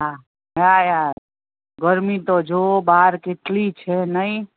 હા હા યાર ગરમી તો જોવો બહાર કેટલી છે નહીં